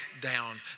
down